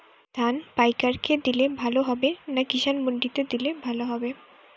ধান পাইকার কে দিলে ভালো হবে না কিষান মন্ডিতে দিলে ভালো হবে?